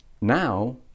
Now